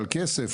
על כסף,